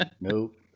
nope